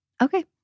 Okay